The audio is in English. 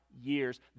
Years